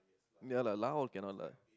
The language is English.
ya lah lah can not lah